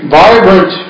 vibrant